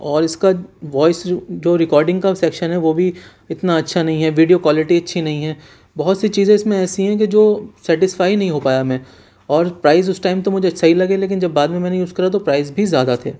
اور اس کا وائس جو جو ریکارڈنگ کا سیکشن ہے وہ بھی اتنا اچھا نہیں ہے ویڈیو کوالٹی اچھی نہیں ہے بہت سی چیزیں اس میں ایسی ہیں کہ جو سیٹسفائی نہیں ہو پایا میں اور پرائز اس ٹائم تو مجھے سہی لگے لیکن جب بعد میں میں نے یوز کرا تو پرائز بھی زیادہ تھے